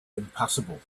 impassable